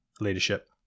leadership